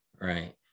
right